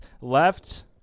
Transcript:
left